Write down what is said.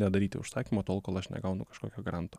nedaryti užsakymo tol kol aš negaunu kažkokio garanto